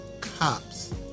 cops